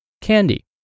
candy